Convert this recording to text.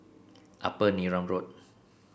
Upper Neram Road